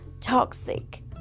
Toxic